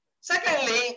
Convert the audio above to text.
Secondly